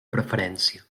preferència